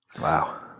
Wow